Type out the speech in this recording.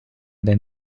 than